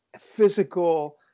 physical